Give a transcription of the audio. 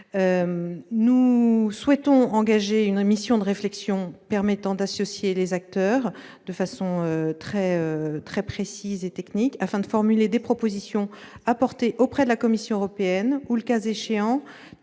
Nous souhaitons engager une mission de réflexion permettant d'associer les acteurs de façon très précise et technique afin de formuler des propositions à porter auprès de la Commission européenne. Cette mission